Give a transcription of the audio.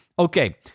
Okay